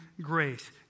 grace